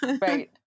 Right